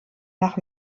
nach